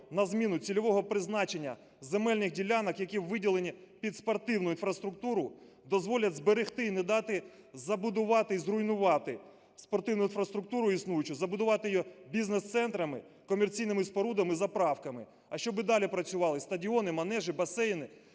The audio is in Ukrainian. на зміну цільового призначення земельних ділянок, які виділені під спортивну інфраструктуру, дозволять зберегти і не дати забудувати і зруйнувати спортивну інфраструктуру існуючу, забудувати бізнес-центрами, комерційними спорудами, заправками, а щоб і далі працювали стадіони, манежі, басейни